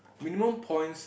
minimum points